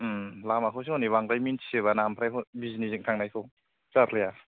लामाखौसो हनै बांद्राय मिथि जोबा ना ओमफ्राइ हरै बिजिनिजों थांनायखौ जारलाया